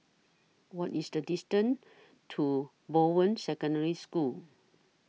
What IS The distance to Bowen Secondary School